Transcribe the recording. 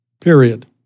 Period